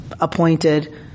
appointed